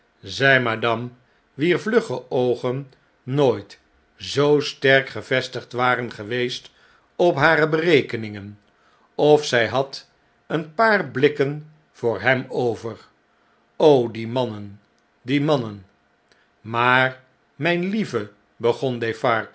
zei madame wier vlugge oogen nooit zoo sterk gevestigd waren geweest op hare berekeningen of zij had een paar blikken voor hem over die mannen die mannen maar rmjn lieve begon